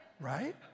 right